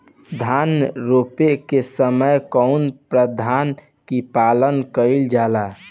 धान रोपे के समय कउन प्रथा की पालन कइल जाला?